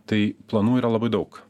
tai planų yra labai daug